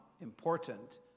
important